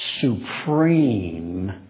supreme